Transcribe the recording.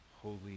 holy